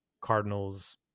cardinals